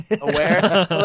aware